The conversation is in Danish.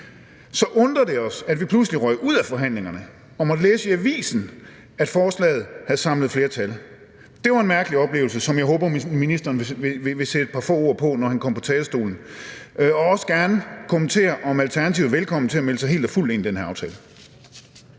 så undrer det os, at vi pludselig røg ud af forhandlingerne og måtte læse i avisen, at forslaget havde samlet flertal. Det var en mærkelig oplevelse, som jeg håber ministeren vil sætte et par få ord på, når han kommer på talerstolen; ministeren må også gerne kommentere, om Alternativet er velkommen til at melde sig helt og fuldt ind i den her aftale.